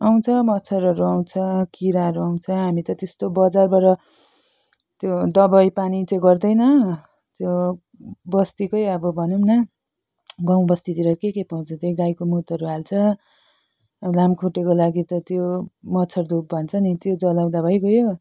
आउँछ मच्छरहरू आउँछ किराहरू आउँछ हामी त त्यस्तो बजारबाट त्यो दबाई पानी चाहिँ गर्दैन यो बस्तीकै अब भनौँ न गाउँ बस्तीतिर के के पाउँछ त्यो गाईको मूत्रहरू हाल्छ लामखुट्टेको लागि त त्यो मच्छड धूप भन्छ नि त्यो जलाउँदा भइगयो